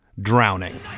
Drowning